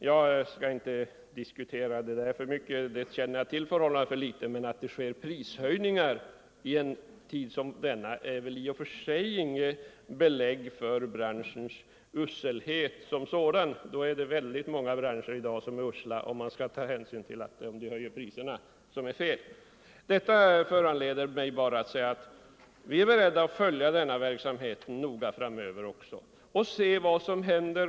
Jag skall inte diskutera detta så mycket — jag känner till förhållandena för litet för att göra det — men att det blir prishöjningar i en tid som denna är väl i och för sig inget belägg för branschens uselhet. I så fall är det många branscher som i dag är usla. Från socialdemokratiskt håll är vi beredda att följa denna verksamhet noga framöver och se vad som händer.